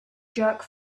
jerk